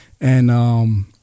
And-